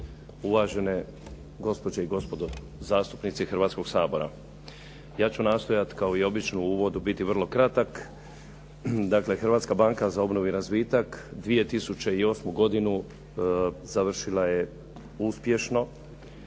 uvažene gospođe i gospodo zastupnici Hrvatskog sabora. Ja ću nastojati kao i obično u uvodu biti vrlo kratak. Dakle, Hrvatska banka za obnovu i razvitak 2008. godinu završila je uspješno.